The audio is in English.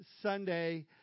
Sunday